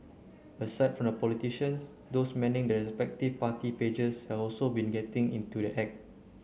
aside from the politicians those manning the respective party pages have also been getting into the act